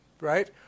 right